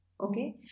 Okay